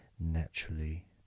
naturally